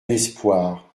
espoir